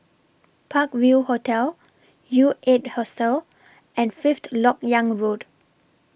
Park View Hotel U eight Hostel and Fifth Lok Yang Road